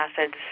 acids